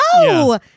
No